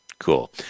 cool